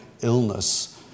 illness